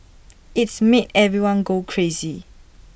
it's made everyone go crazy